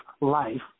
life